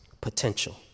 potential